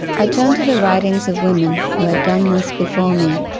i turned to the writings of women who had done this before me.